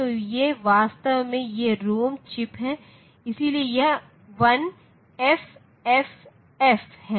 तो ये वास्तव में ये रोम चिप्स हैं इसलिए यह 1FFF है